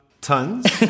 Tons